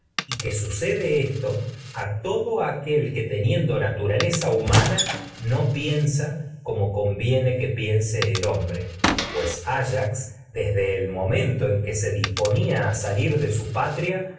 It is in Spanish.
sus graves sucede esto a pecados ha dicho el adivino aquel que que todo teniendo naturaleza que hu mana no piensa como conviene piense el hombre pues de áyax desde el momento buen en que se disponía a salu pesar su patria